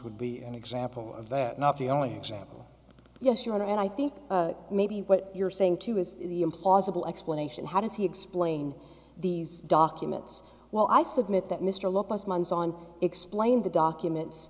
would be an example of that not the only example yes your honor and i think maybe what you're saying too is the implausible explanation how does he explain these documents well i submit that mr locke was months on explain the documents